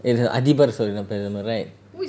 eh the அதிபர்:adhibar sorry பிரதமர்:pirathamar right